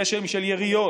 גשם של יריות,